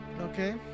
Okay